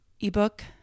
ebook